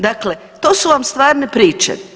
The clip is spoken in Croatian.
Dakle, to su vam stvarne priče.